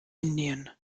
indien